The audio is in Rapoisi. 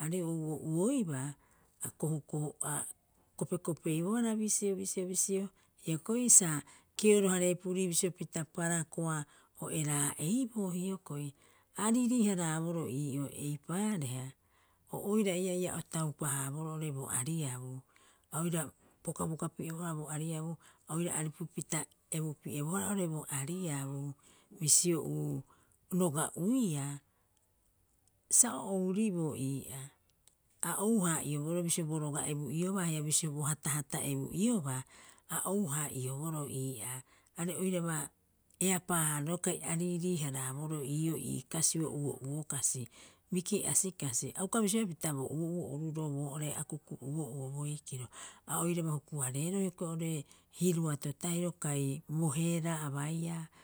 aarei ouo'uoibaaa a kohukohu'opa a kopekopeibohara bisio bisio hioko'i sa kero- hararepurii bisio pita parakoa o eraa'eiiboo hioko'i. A riirii- haraboroo ii'oo eipaareha o oira ii'aa ia o taupa- haaboroo oo'ore bo ariabuu. A oira pokapokapi'ebohara bo ariabu a oira aripupita o ebupi'ebohara oo'ore bo ariabu. Bisio roga'uia sa o ouriboo ii'aa a ouhaa'ioboroo bisio bo roga ebu'iobaa haia bisio bo hatahata ebu'iobaa a ou- haa'ioboroo ii'aa. Are oiraba eapaa- haaraaroo kai ariirii- haraaboroo ii'oo ii kasio uo'uo kasi, biki'asi kasi a uka bisioea pita bo uo'uo oruroo boo'ore a kuku uo'uo, boikiro, a oiraba huku- areeroo hoiko'i oo'ore hiruato tahiro kai bo hera a baia